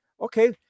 Okay